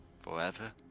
forever